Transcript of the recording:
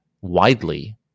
widely